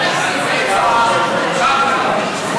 לוועדת הכלכלה נתקבלה.